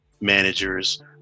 managers